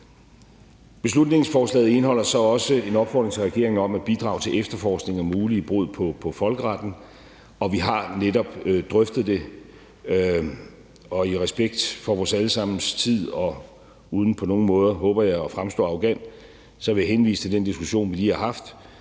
Beslutningsforslaget indeholder så også en opfordring til regeringen om at bidrage til efterforskning af mulige brud på folkeretten. Vi har netop drøftet det, og i respekt for vores alle sammens tid og uden på nogen måde, håber jeg, at fremstå arrogant vil jeg henvise til den diskussion, vi lige har haft.